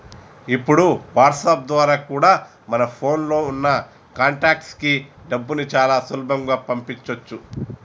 ఇప్పుడు వాట్సాప్ ద్వారా కూడా మన ఫోన్ లో ఉన్న కాంటాక్ట్స్ కి డబ్బుని చాలా సులభంగా పంపించొచ్చు